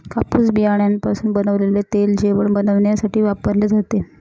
कापूस बियाण्यापासून बनवलेले तेल जेवण बनविण्यासाठी वापरले जाते